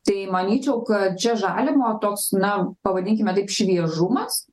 tai manyčiau kad čia žalimo toks na pavadinkime taip šviežumas